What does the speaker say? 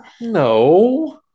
no